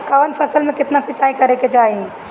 कवन फसल में केतना सिंचाई करेके चाही?